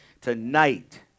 tonight